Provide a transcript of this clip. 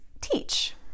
teach